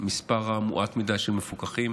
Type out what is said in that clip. מספר מועט מדי של מפוקחים